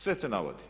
Sve se navodi.